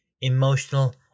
emotional